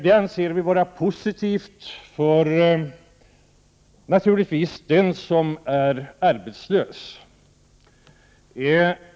Det anser vi vara positivt för den som är arbetslös.